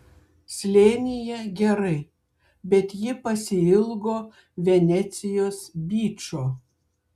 slėnyje gerai bet ji pasiilgo venecijos byčo